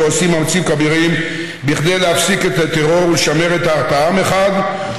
שעושים מאמצים כבירים להפסיק את הטרור ולשמר את ההרתעה מחד גיסא,